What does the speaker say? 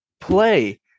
play